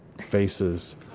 faces